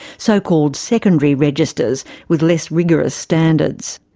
so-called secondary registers with less rigorous standards.